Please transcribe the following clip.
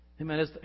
Amen